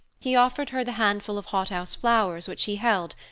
he offered her the handful of hothouse flowers which he held,